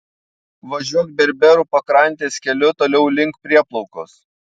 važiuok berberų pakrantės keliu toliau link prieplaukos